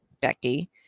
Becky